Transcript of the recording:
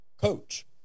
coach